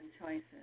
choices